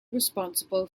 responsible